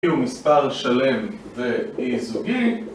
יהיו מספר שלם ואי-זוגי